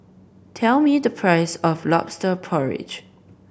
tell me the price of Lobster Porridge